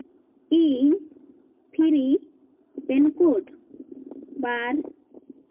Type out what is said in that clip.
ᱤᱧ free pincode ᱵᱟᱨ